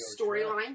storyline